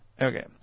Okay